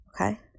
okay